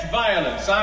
violence